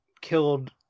killed